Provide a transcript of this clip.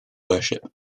worship